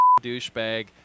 douchebag